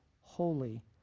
Holy